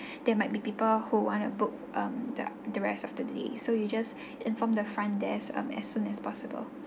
there might be people who want to book um the the rest of the day so you just inform the front desk um as soon as possible